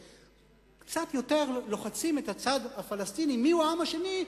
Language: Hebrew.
וכשלוחצים קצת יותר את הצד הפלסטיני מיהו העם השני,